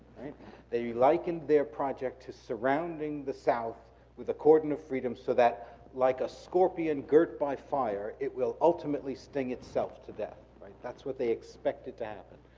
they liken their project to surrounding the south with a cordon of freedom so that like a scorpion girt by fire, it will ultimately sting itself to death. that's what they expected to happen.